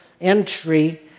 entry